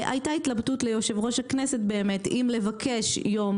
ליושב ראש הכנסת הייתה התלבטות אם לבקש יום